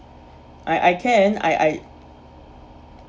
I I can I I